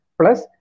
Plus